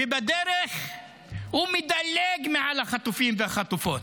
ובדרך הוא מדלג מעל החטופים והחטופות,